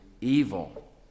evil